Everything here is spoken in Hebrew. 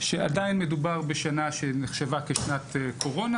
זה שעדיין מדובר בשנה שנחשבה כשנת קורונה